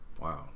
wow